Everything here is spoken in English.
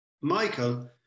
Michael